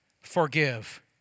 forgive